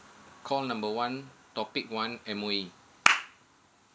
call number one topic one m v